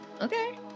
Okay